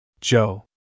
Joe